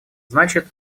значит